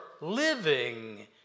living